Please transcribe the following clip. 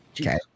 Okay